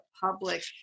public